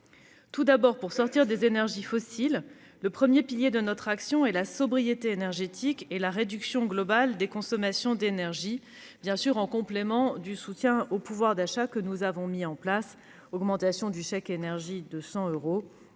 nucléaire. Pour sortir des énergies fossiles, le premier pilier de notre action consiste en la sobriété énergétique et en la réduction globale des consommations d'énergie, en complément des mesures de soutien au pouvoir d'achat que nous avons mises en place avec l'augmentation du chèque énergie de 100 euros,